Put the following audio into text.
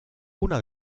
una